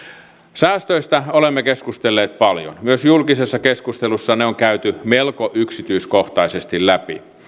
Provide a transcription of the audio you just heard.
säästöistä olemme keskustelleet paljon myös julkisessa keskustelussa ne on käyty melko yksityiskohtaisesti läpi